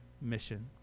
mission